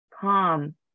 calm